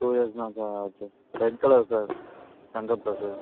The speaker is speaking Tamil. டூ இயர்ஸ் தான் சார் ஆச்சு red colour sir Splendor plus sir